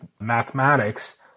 mathematics